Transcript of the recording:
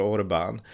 Orban